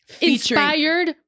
inspired